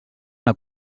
una